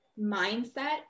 mindset